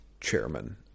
chairman